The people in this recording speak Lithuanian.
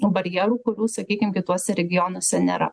barjerų kurių sakykim kituose regionuose nėra